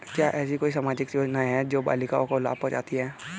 क्या ऐसी कोई सामाजिक योजनाएँ हैं जो बालिकाओं को लाभ पहुँचाती हैं?